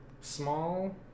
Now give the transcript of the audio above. small